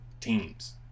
teams